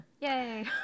Yay